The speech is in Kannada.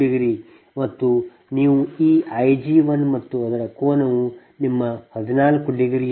5 ಮತ್ತು ನೀವು ಈ I g1 ಮತ್ತು ಅದರ ಕೋನವು ನಿಮ್ಮ 14